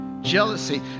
Jealousy